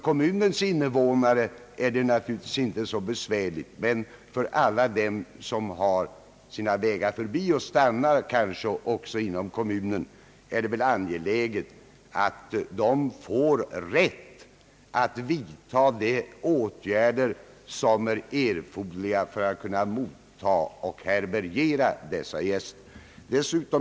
Kommunens egna invånare har naturligtvis inte så stort besvär av bristen på sådana anordningar, men för alla som har sina vägar förbi och kanske vill stanna en tid inom kommunen är det väl angeläget att'kommunen får rätt att vidta de åtgärder som erfordras för att kunna mottaga och härbärgera dessa gäster.